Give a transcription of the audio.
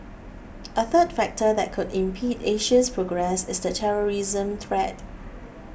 a third factor that could impede Asia's progress is the terrorism threat